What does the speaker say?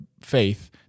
faith